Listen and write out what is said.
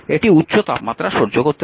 এটি উচ্চ তাপমাত্রা সহ্য করতে পারে